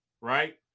right